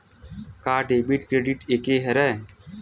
का debit credit एके हरय?